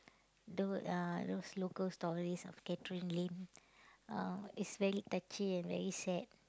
those uh those local stories of Catherine-Lim uh is very touching and very sad